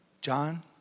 John